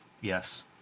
yes